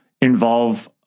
involve